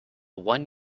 one